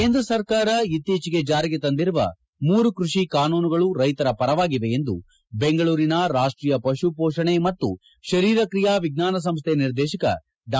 ಕೇಂದ್ರ ಸರ್ಕಾರ ಇತ್ತೀಚಿಗೆ ಜಾರಿಗೆ ತಂದಿರುವ ಮೂರು ಕೃಷಿ ಕಾನೂನುಗಳು ರೈತರ ಪರವಾಗಿವೆ ಎಂದು ಬೆಂಗಳೂರಿನ ರಾಷ್ಟೀಯ ಪಶು ಪೋಷಣೆ ಮತ್ತು ಶರೀರ ತ್ರಿಯಾ ವಿಜ್ಞಾನ ಸಂಸ್ಥೆ ನಿರ್ದೇಶಕ ಡಾ